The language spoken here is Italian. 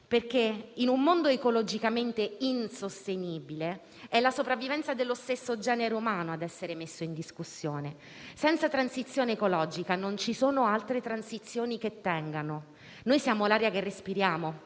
perché in un mondo ecologicamente insostenibile è la sopravvivenza dello stesso genere umano a essere messa in discussione. Senza transizione ecologica non ci sono altre transizioni che tengano; noi siamo l'aria che respiriamo,